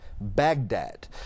Baghdad